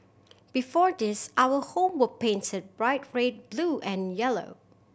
before this our home were painted bright red blue and yellow